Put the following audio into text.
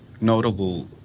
notable